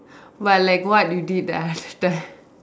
but like what you did last time